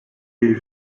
jej